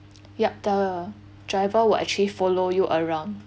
yup the driver will actually follow you around